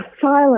silence